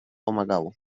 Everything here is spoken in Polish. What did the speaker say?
pomagało